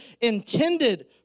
intended